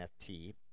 nft